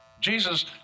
Jesus